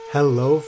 Hello